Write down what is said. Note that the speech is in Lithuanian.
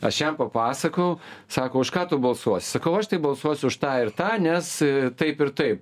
aš jam papasakojau sako už ką tu balsuosi sakau aš tai balsuos už tą ir tą nes taip ir taip